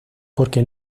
porque